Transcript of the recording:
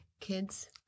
kids